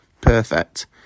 Perfect